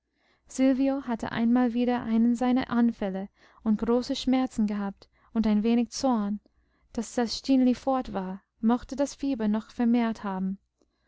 hatte einmal wieder einen seiner anfälle und große schmerzen gehabt und ein wenig zorn daß das stineli fort war mochte das fieber noch vermehrt haben